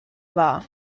wahr